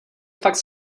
fakt